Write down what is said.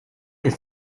ist